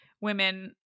women